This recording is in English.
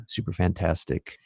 Superfantastic